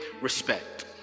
respect